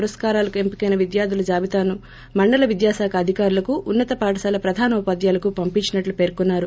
పురస్కారాలకు ఎంపికైన విద్యార్ధుల జాబితాను మండల విద్యాశాఖ అధికారులకుఉన్నత పాఠశాల ప్రధానోపాధ్యాయులకు పంపించినట్టు పేర్కోన్సారు